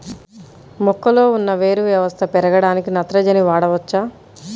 మొక్కలో ఉన్న వేరు వ్యవస్థ పెరగడానికి నత్రజని వాడవచ్చా?